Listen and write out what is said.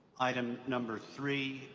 item number three,